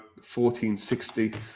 1460